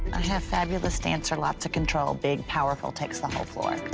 i have fabulous dancer, lots of control. big powerful, takes the whole floor.